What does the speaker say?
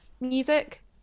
music